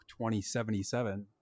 2077